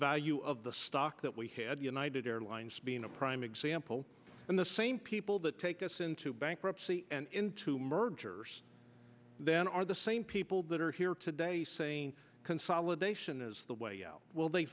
value of the stock that we had united airlines being a prime example and the same people that take us into bankruptcy and into mergers then are the same people that are here today saying consolidation is the way out will they